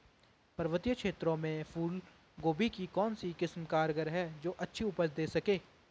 पर्वतीय क्षेत्रों में फूल गोभी की कौन सी किस्म कारगर है जो अच्छी उपज दें सके?